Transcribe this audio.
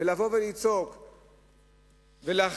לבוא ולצעוק ולהכריז,